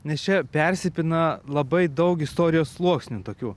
nes čia persipina labai daug istorijos sluoksnių tokių